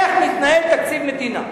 איך מתנהל תקציב מדינה,